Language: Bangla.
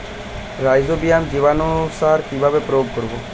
রাইজোবিয়াম জীবানুসার কিভাবে প্রয়োগ করব?